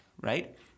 right